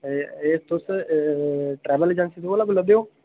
ए एह् तुस एह् ट्रैवल अजेंसी कोला बोल्लै दे ओ